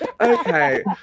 okay